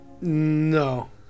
No